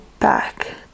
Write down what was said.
back